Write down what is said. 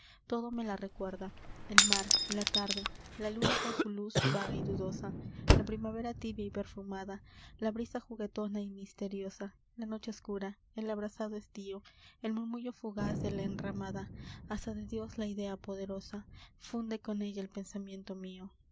todo me la recuerda el mar la tarde la luna con su luz vaga y dudosa la primavera tibia y perfumada la brisa juguetona y misteriosa la noche oscura el abrasado estío el murmullo fugaz de la enramada hasta de dios la idea poderosa funde con ella el pensamiento mio